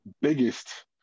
biggest